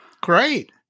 Great